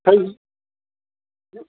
تھٔز